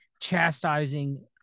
chastising